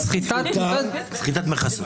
סחיטת דמי חסות.